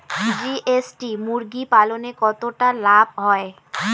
GST মুরগি পালনে কতটা লাভ হয়?